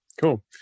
Cool